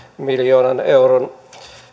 miljoonan euron